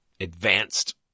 advanced